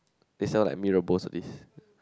they sell like Mee-Rebus all this